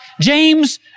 James